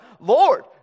Lord